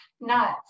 nuts